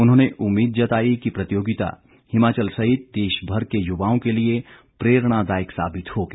उन्होंने उम्मीद जताई कि प्रतियोगिता हिमाचल सहित देश भर के युवाओं के लिए प्रेरणा दायक साबित होगी